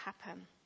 happen